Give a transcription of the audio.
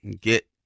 get